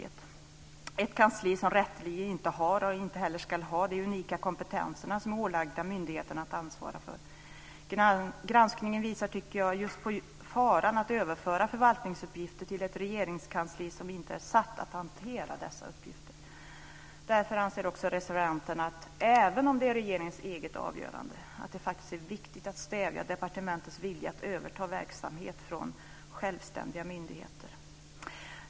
Det är ett kansli som rätteligen inte har och inte heller ska ha de unika kompetenser som är ålagda myndigheten att ansvara för. Jag tycker att granskningen just visar på faran med att överföra förvaltningsuppgifter till ett regeringskansli som inte är satt att hantera dessa uppgifter. Därför anser reservanterna att det, även om det är regeringens eget avgörande, faktiskt är viktigt att stävja departementets vilja att överta verksamhet från självständiga myndigheter.